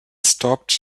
stopped